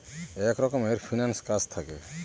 এক রকমের ফিন্যান্স কাজ থাকে